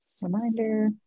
Reminder